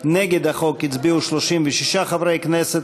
נגד החוק הצביעו 36 חברי כנסת.